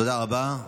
תודה רבה.